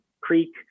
creek